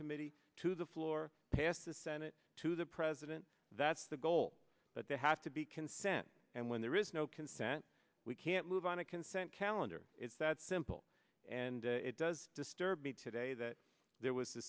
committee to the floor passed the senate to the president that's the goal but they have to be consent and when there is no consent we can't move on a consent calendar it's that simple and it does disturb me today that there was a